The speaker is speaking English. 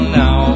now